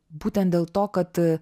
būtent dėl to kad